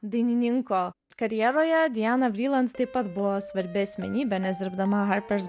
dainininko karjeroje diana vriland taip pat buvo svarbi asmenybė nes dirbdama harpers